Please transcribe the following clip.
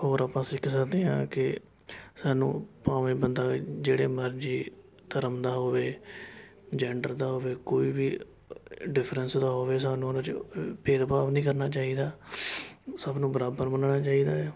ਹੋਰ ਆਪਾਂ ਸਿੱਖ ਸਕਦੇ ਹਾਂ ਕਿ ਸਾਨੂੰ ਭਾਵੇਂ ਬੰਦਾ ਜਿਹੜੇ ਮਰਜ਼ੀ ਧਰਮ ਦਾ ਹੋਵੇ ਜੈਂਡਰ ਦਾ ਹੋਵੇ ਕੋਈ ਵੀ ਡਿਫ਼ਰੈਸ ਦਾ ਹੋਵੇ ਸਾਨੂੰ ਉਹਨਾਂ 'ਚ ਭੇਦ ਭਾਵ ਨਹੀਂ ਕਰਨਾ ਚਾਹੀਦਾ ਸਭ ਨੂੰ ਬਰਾਬਰ ਮੰਨਣਾ ਚਾਹੀਦਾ ਹੈ